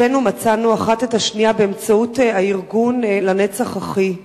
שתינו מצאנו אחת את השנייה באמצעות הארגון "לנצח אחי".